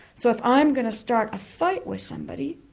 so if i'm going to start a fight with somebody,